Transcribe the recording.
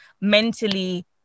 mentally